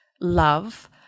love